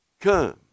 Come